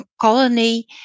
colony